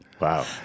Wow